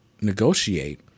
negotiate